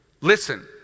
Listen